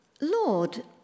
Lord